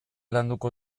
landuko